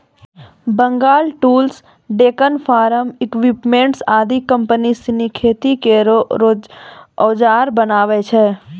Bengal tools, Deccan farm equipments आदि company सिनी खेती केरो औजार बनावै छै